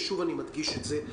ושוב אני מדגיש את זה,